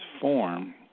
form